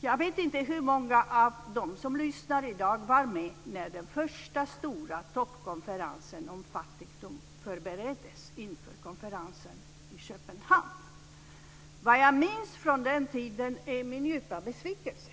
Jag vet inte hur många av dem som lyssnar i dag som var med när den första stora toppkonferensen om fattigdom förbereddes inför konferensen i Köpenhamn. Vad jag minns från den tiden är min djupa besvikelse.